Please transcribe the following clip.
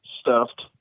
stuffed